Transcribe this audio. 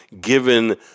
given